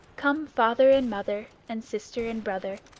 come, father and mother, and sister and brother,